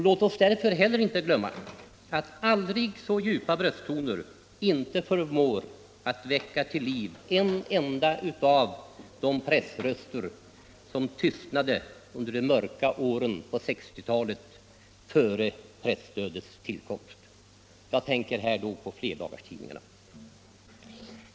Låt oss därför heller inte glömma att aldrig så djupa brösttoner inte förmår väcka till liv en enda av de pressröster som tystnade under de mörka åren på 1960-talet, före presstödets tillkomst. Jag tänker då på flerdagarstidningarna.